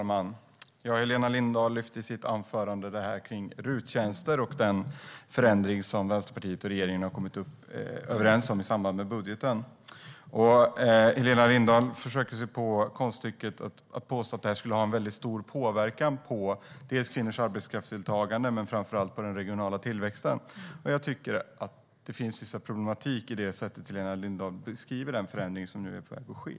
Herr talman! Helena Lindahl lyfte i sitt anförande fram RUT-tjänster och den förändring som Vänsterpartiet och regeringen har kommit överens om i samband med budgeten. Helena Lindahl försöker påstå att det skulle ha stor påverkan på kvinnors arbetskraftsdeltagande men framför allt på den regionala tillväxten. Det finns en problematik i det sätt på vilket Helena Lindahl beskriver förändringen som nu är på väg att ske.